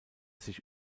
sich